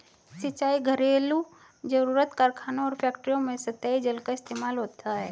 सिंचाई, घरेलु जरुरत, कारखानों और फैक्ट्रियों में सतही जल का ही इस्तेमाल होता है